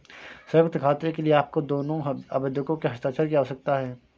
संयुक्त खाते के लिए आपको दोनों आवेदकों के हस्ताक्षर की आवश्यकता है